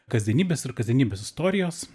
kasdienybės ir kasdienybės istorijos